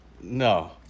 No